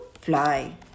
fly